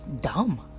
dumb